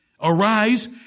arise